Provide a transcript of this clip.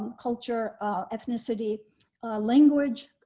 culture ethnicity language.